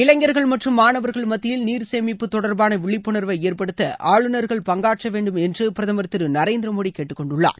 இளைஞர்கள் மற்றும் மாணவர்கள் மத்தியில் நீர் சேமிப்பு தொடர்பான விழிப்புணர்வை ஏற்படுத்த ஆளுநர்கள் பங்காற்ற வேண்டும் என்று பிரதமர் திரு நரேந்திர மோடி கேட்டுக்கொண்டுள்ளார்